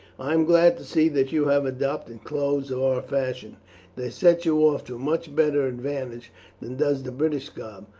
i am glad to see that you have adopted clothes of our fashion they set you off to much better advantage than does the british garb,